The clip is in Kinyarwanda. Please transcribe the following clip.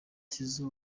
tizzo